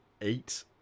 eight